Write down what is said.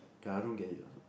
that I don't get it also